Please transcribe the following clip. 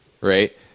right